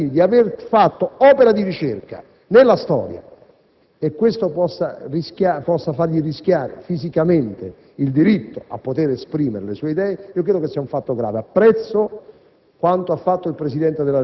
e informare i cittadini di avere svolto opera di ricerca nella storia e questo possa fargli rischiare fisicamente il diritto di esprimere le proprie idee credo sia un fatto grave. Apprezzo